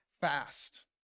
fast